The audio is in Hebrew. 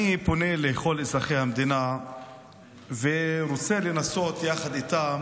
אני פונה לכל אזרחי המדינה ורוצה לנסות יחד איתם